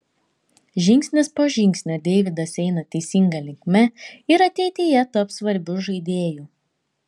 žingsnis po žingsnio deividas eina teisinga linkme ir ateityje taps svarbiu žaidėju